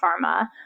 pharma